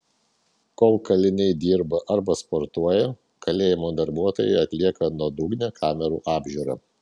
kol kaliniai dirba arba sportuoja kalėjimo darbuotojai atlieka nuodugnią kamerų apžiūrą